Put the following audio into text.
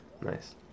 Nice